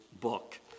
book